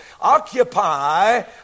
occupy